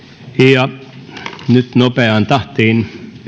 nyt nopeaan tahtiin